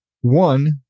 one